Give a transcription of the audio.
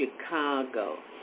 Chicago